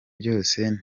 byose